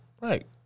Right